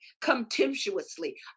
contemptuously